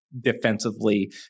defensively